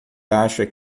acha